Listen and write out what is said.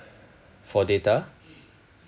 for data